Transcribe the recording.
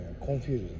confused